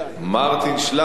מרטין שלאף,